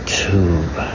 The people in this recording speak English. tube